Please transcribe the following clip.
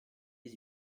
les